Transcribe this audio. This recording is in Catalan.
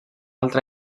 altra